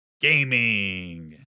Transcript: gaming